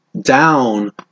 down